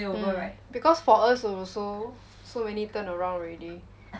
mm because for us there were so so many turnaround already